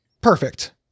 Perfect